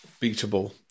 beatable